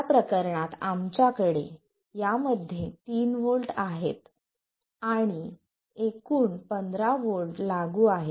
या प्रकरणात आमच्याकडे यामध्ये 3 व्होल्ट आहेत आणि एकूण 15 व्होल्ट लागू आहेत